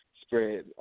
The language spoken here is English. spread